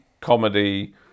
comedy